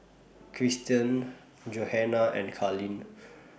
Christian Johana and Carleen